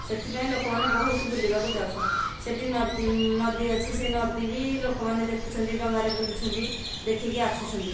ସେଥିପାଇଁ ଲୋକମାନେ ବହୁତ ବୁଲିବାକୁ ଯାଉଛନ୍ତି ସେଇଠି ନଦୀ ଅଛି ସେ ନଦୀ ବି ଲୋକମାନେ ଦେଖୁଛନ୍ତି ଡ଼ଙ୍ଗାରେ ବୁଲୁଛନ୍ତି ଦେଖିକି ଆସୁଛନ୍ତି